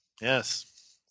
Yes